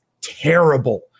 terrible